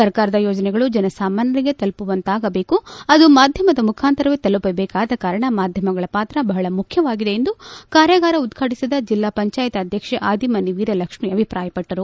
ಸರ್ಕಾರದ ಯೋಜನೆಗಳು ಜನಸಾಮಾನ್ಲರಿಗೆ ತಲುಪುವಂತಾಗಬೇಕು ಅದು ಮಾಧ್ಲಮದ ಮುಖಾಂತರವೇ ತಲುಪಬೇಕಾದ ಕಾರಣ ಮಾಧ್ಯಮಗಳ ಪಾತ್ರ ಬಹಳ ಮುಖ್ಯವಾಗಿದೆ ಎಂದು ಕಾರ್ಯಾಗಾರ ಉದ್ವಾಟಿಸಿದ ಜಿಲ್ಲಾ ಪಂಚಾಯತ್ ಅಧ್ಯಕ್ಷೆ ಆದಿಮನಿ ವೀರಲಕ್ಷ್ಮೀ ಅಭಿಪ್ರಾಯಪಟ್ಟರು